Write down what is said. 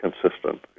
consistent